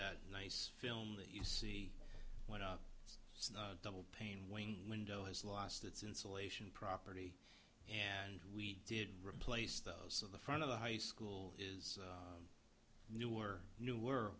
that nice film that you see went up double pane wing window has lost its insulation property and we did replace those of the front of the high school is new or new we're